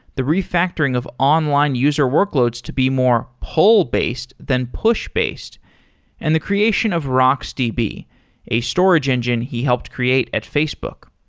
the refactoring of online user workloads to be more pull based than push based and the creation of rocksdb. a storage engine he helped create at facebook.